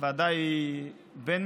הוועדה היא בין-משרדית,